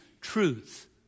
truth